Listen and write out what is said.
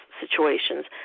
situations